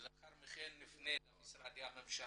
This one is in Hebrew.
ולאחר מכן נפנה למשרדי הממשלה.